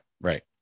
right